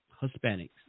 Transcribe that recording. Hispanics